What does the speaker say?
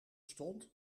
stond